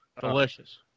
delicious